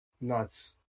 nuts